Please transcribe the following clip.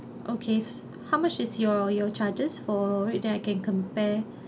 okay s~ how much is your your charges for it then I can compare